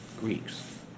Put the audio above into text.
Greeks